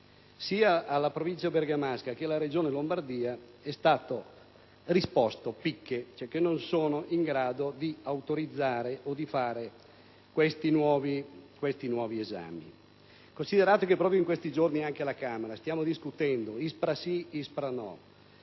Sia alla Provincia bergamasca, sia alla Regione Lombardia è stato risposto picche, cioè che non sono in grado di autorizzare o di fare questi nuovi esami. Considerato che proprio in questi giorni alla Camera si sta discutendo sul mantenimento